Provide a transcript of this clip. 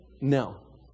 No